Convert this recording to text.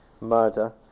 murder